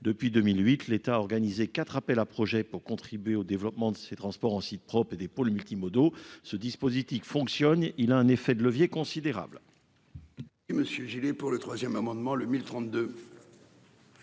Depuis 2008, l'État a organisé quatre appels à projets pour contribuer au développement de ces transports en site propre et des pôles multimodaux. Ce dispositif fonctionne et a un levier de levier considérable.